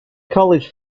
college